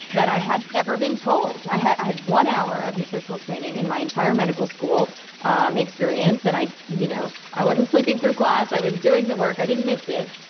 that i had never been told. i had i had one hour of nutritional training in my entire medical school and experience and i you know i wasn't sleeping through class, i was doing the work, i didn't miss it.